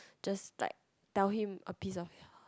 just like tell him a piece of